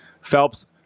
Phelps